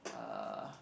uh